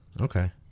Okay